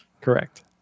Correct